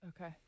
Okay